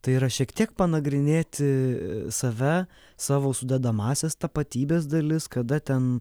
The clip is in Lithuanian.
tai yra šiek tiek panagrinėti save savo sudedamąsias tapatybės dalis kada ten